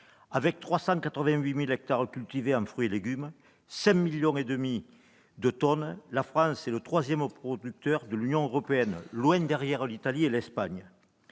Avec 388 000 hectares cultivés en fruits et légumes, 5,5 millions de tonnes, la France est le troisième producteur de l'Union européenne, loin derrière l'Italie et l'Espagne.